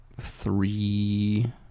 three